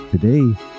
Today